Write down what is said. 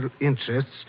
interests